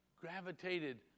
gravitated